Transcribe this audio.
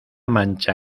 mancha